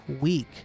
week